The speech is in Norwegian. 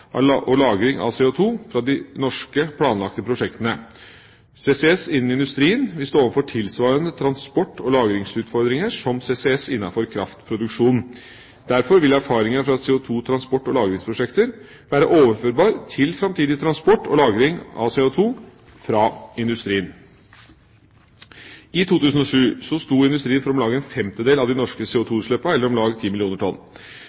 og lagring av CO2 fra de norske planlagte prosjektene. CCS innenfor industrien vil stå overfor tilsvarende transport- og lagringsutfordringer som CCS innenfor kraftproduksjonen. Derfor vil erfaringer fra transport- og lagringsprosjekter være overførbare til framtidig transport og lagring av CO2 fra industrien. I 2007 sto industrien for om lag 1/5> av de norske CO2-utslippene, eller om lag 10 mill. tonn.